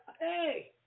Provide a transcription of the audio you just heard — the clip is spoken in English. Hey